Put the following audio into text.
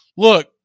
Look